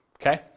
Okay